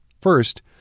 First